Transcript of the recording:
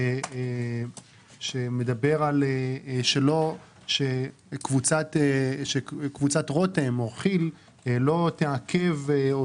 שמדבר על כך שקבוצת רותם או כי"ל לא תעכב או